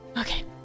Okay